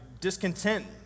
discontent